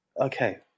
Okay